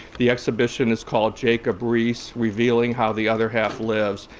the exhibition is called jacob riis, revealing how the other half lives,